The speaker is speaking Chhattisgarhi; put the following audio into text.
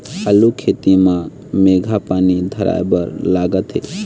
आलू खेती म केघा पानी धराए बर लागथे?